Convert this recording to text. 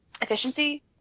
efficiency